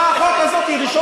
את עצמי בהצעת החוק הזאת ראשון,